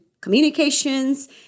communications